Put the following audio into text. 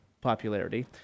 popularity